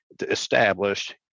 established